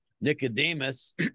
nicodemus